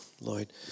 Lloyd